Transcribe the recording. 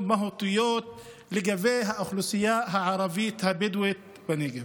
מהותיות לאוכלוסייה הערבית הבדואית בנגב.